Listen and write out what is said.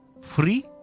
free